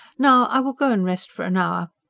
now i will go and rest for an hour.